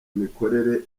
mikorere